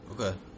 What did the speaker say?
Okay